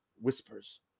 Whispers